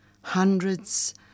Hundreds